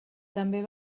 també